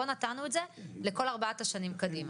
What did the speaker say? פה נתנו את זה לכל ארבעת השנים קדימה.